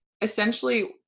essentially